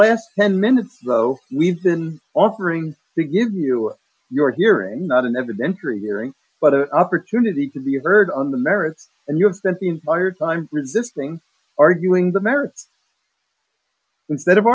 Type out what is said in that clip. last ten minutes so we've been offering to give you your hearing not an evidentiary hearing but a opportunity to be heard on the merits and you have spent the entire time resisting arguing the merits instead of